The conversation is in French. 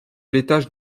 l’étage